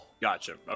Gotcha